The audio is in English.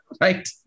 Right